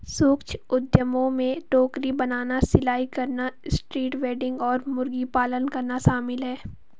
सूक्ष्म उद्यमों में टोकरी बनाना, सिलाई करना, स्ट्रीट वेंडिंग और मुर्गी पालन करना शामिल है